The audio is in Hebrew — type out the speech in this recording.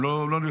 הם לא נלחמו,